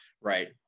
Right